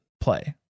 play